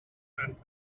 and